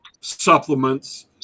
supplements